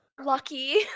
Lucky